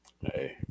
Hey